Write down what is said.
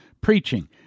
preaching